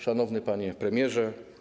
Szanowny Panie Premierze!